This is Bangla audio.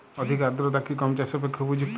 অধিক আর্দ্রতা কি গম চাষের পক্ষে উপযুক্ত?